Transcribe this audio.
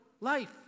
life